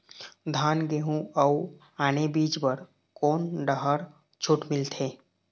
धान गेहूं अऊ आने बीज बर कोन डहर छूट मिलथे?